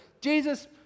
Jesus